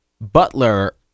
Butler